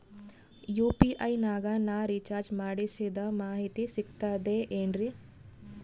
UPI ನಾಗ ನಾ recharge ಮಾಡಿಸಿದ ಮಾಹಿತಿ ಸಿಕ್ತದೆ ಏನ್ರಿ?